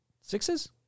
Sixes